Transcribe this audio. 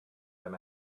than